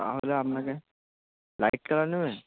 তাহলে আপনাকে light colour নেবেন